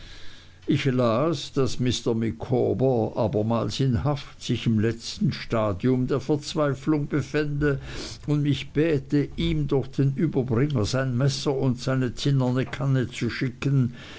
ich las daß mr micawber abermals in haft sich im letzten stadium der verzweiflung befände und mich bäte ihm durch den überbringer sein messer und seine zinnerne kanne zu schicken